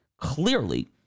clearly